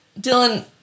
Dylan